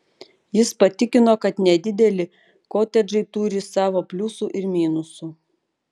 jis patikino kad nedideli kotedžai turi savo pliusų ir minusų